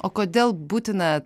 o kodėl būtina